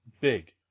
big